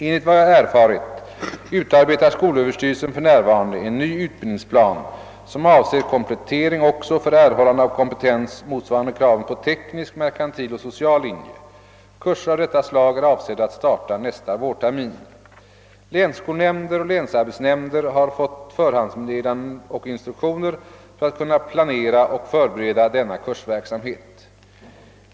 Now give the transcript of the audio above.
Enligt vad jag erfarit utarbetar skolöverstyrelsen för närvarande en ny utbildningsplan, som avser komplettering också för erhållande av kompetens motsvarande kraven på teknisk, merkantil och social linje. Kurser av detta slag är avsedda att starta nästa vårtermin. Länsskolnämnder och länsarbetsnämnder har fått förhandsmeddelanden och instruktioner för att kunna planera och förbereda denna kursverksamhet.